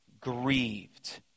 grieved